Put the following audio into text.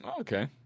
Okay